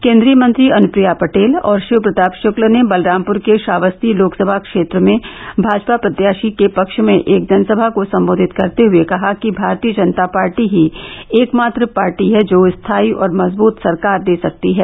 केन्द्रीय मंत्री अनुप्रिया पटेल और षिव प्रताप षुक्ल ने बलरामपुर के श्रावस्ती लोकसभा क्षेत्र में भाजपा प्रत्याषी के पक्ष में एक जनसभा को सम्बोधित करते हये कहा कि भारतीय जनता पार्टी ही एक मात्र पाटी है जो स्थायी और मजबूत सरकार दे सकती है